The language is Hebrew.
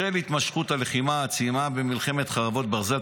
2. בשל התמשכות הלחימה העצימה במלחמת חרבות ברזל,